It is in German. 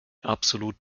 absolut